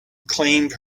claimed